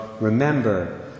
Remember